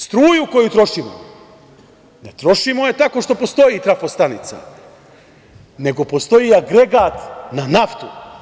Struju koju trošimo, ne trošimo je tako što postoji trafostanica, nego postoji agregat na naftu.